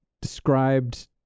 described